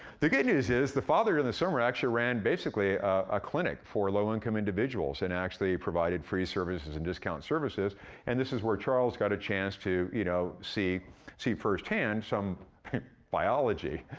the good news is, the father and the son actually ran, basically, a clinic for low-income individuals, and actually provided free services and discount services and this is where charles got a chance to you know see see firsthand some biology.